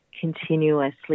continuously